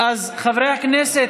אדוני היושב-ראש,